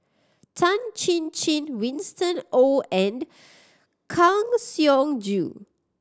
Tan Chin Chin Winston Oh and Kang Siong Joo